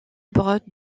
brottes